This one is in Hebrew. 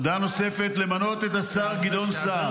הודעה נוספת: למנות את השר גדעון סער